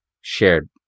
shared